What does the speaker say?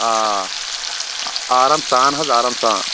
آ آرام سان حظ آرام سان